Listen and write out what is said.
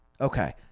Okay